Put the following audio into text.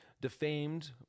defamed